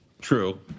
True